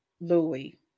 Louis